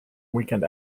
weekend